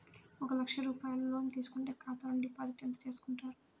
ఒక లక్ష రూపాయలు లోన్ తీసుకుంటే ఖాతా నుండి డిపాజిట్ ఎంత చేసుకుంటారు?